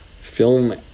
film